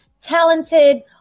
talented